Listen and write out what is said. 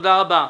תודה רבה.